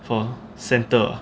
for centre ah